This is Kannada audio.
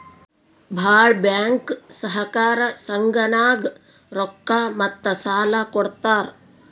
ಭಾಳ್ ಬ್ಯಾಂಕ್ ಸಹಕಾರ ಸಂಘನಾಗ್ ರೊಕ್ಕಾ ಮತ್ತ ಸಾಲಾ ಕೊಡ್ತಾರ್